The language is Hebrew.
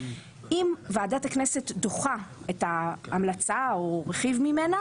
אם ועדת הכנסת דוחה את ההמלצה או רכיב ממנה,